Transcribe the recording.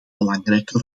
belangrijke